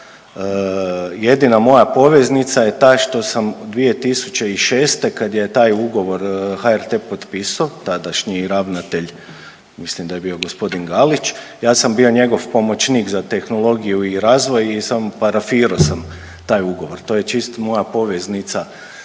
Jedina moja poveznica je ta što sam 2006. kad je taj ugovor HRT potpisao tadašnji ravnatelj, mislim da je bio g. Galić, ja sam bio njegov pomoćnik za tehnologiju i razvoj i parafirao sam taj ugovor, to je čist moja poveznica